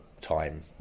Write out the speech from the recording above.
time